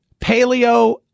Paleo